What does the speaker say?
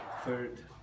third